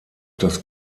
das